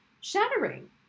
shattering